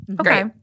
Okay